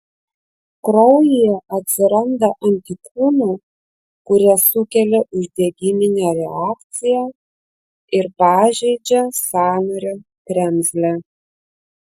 kraujyje atsiranda antikūnų kurie sukelia uždegiminę reakciją ir pažeidžia sąnario kremzlę